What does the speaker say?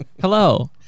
hello